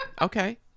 Okay